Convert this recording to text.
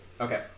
Okay